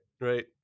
right